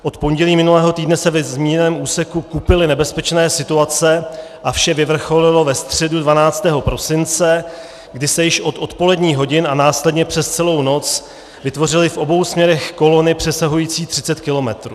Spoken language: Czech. Od pondělí minulého týdne se ve zmíněném úseku kupily nebezpečné situace a vše vyvrcholilo ve středu 12. prosince, kdy se již od odpoledních hodin a následně přes celou noc vytvořily v obou směrech kolony přesahující 30 kilometrů.